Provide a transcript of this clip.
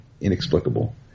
inexplicable